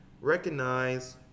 recognize